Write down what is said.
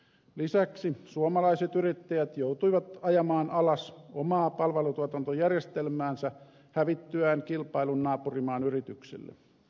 lisäksi suomalaiset yrittäjät joutuivat ajamaan alas omaa palvelutuotantojärjestelmäänsä hävittyään kilpailun naapurimaan yritykselle